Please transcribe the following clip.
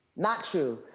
not true.